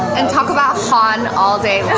and talk about han, all day